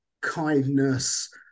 kindness